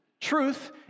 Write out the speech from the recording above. Truth